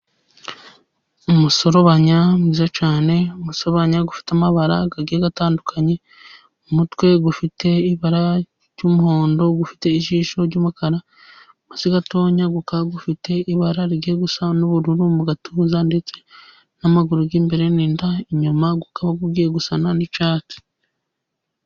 Umuserebanya mwiza cyane, umuserebanye ufite amabara agiye atandukanye. Umutwe ufite ibara ry'umuhondo, ufite ijisho ry'umukara. Munsi gatoya ukaba ufite ibara rigiye gusa n'ubururu mu gatuza, ndetse n'amaguru y'imbere n'inda ,inyuma ukaba ugiye gusa n'icyatsi.